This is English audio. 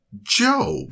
Job